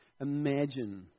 imagine